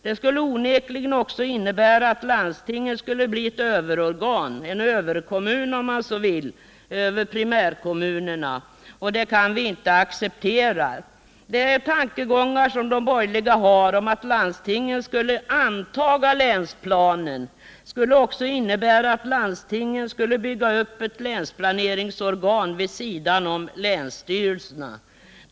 Det skulle onekligen också innebära att landstingen skulle bli ett överorgan, en överkommun om man så vill, över primärkommunerna, och det kan vi inte acceptera. De tankegångar som de borgerliga har om att landstingen skulle anta länsplanen skulle också innebära att landstingen byggde upp ett länsplaneringsorgan vid sidan av länsstyrelserna.